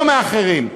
לא מאחרים.